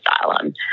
asylum